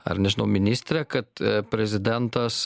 ar nežinau ministrė kad prezidentas